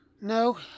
No